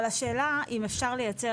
אבל השאלה אם אפשר לייצר,